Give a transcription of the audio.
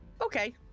Okay